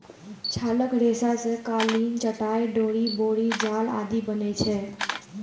छालक रेशा सं कालीन, चटाइ, डोरि, बोरी जाल आदि बनै छै